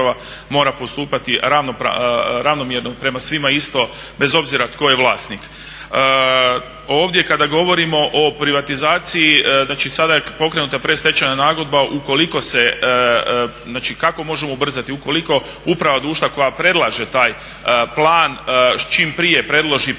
mora postupati ravnomjerno, prema svima isto bez obzira tko je vlasnik. Ovdje kada govorimo o privatizaciji, znači sada je pokrenuta predstečajna nagodbe ukoliko se, znači kako možemo ubrzati, ukoliko uprava društva koja predlaže taj plan, čim prije predloži plan koji